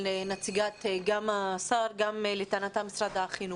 נציגת השר ולטענתה גם של משרד החינוך.